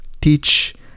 teach